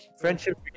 friendship